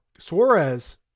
Suarez